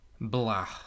Blah